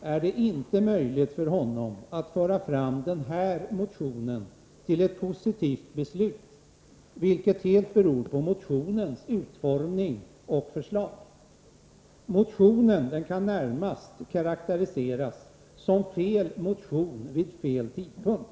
är det inte möjligt för honom att föra fram den här motionen till ett positivt beslut, vilket helt beror på motionens utformning och förslag. Motionen kan närmast karakteriseras som fel motion vid fel tidpunkt.